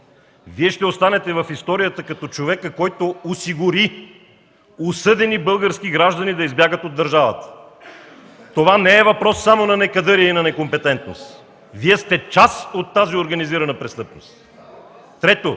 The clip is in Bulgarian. Вие ще останете в историята като човека, който осигури осъдени български граждани да избягат от държавата. Това не е само въпрос на некадърие и некомпетентност, Вие сте част от тази организирана престъпност! Трето,